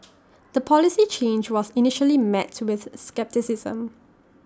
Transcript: the policy change was initially met with scepticism